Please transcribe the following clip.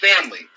Family